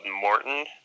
Morton